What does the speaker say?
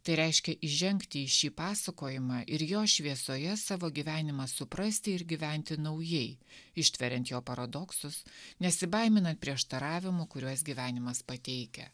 tai reiškia įžengti į šį pasakojimą ir jo šviesoje savo gyvenimą suprasti ir gyventi naujai ištveriant jo paradoksus nesibaiminant prieštaravimų kuriuos gyvenimas pateikia